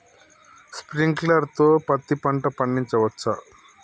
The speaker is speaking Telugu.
స్ప్రింక్లర్ తో పత్తి పంట పండించవచ్చా?